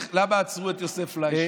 על למה עצרו את יוסף פליישמן.